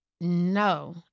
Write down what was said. No